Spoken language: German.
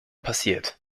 passiert